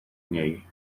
niej